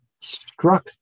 struck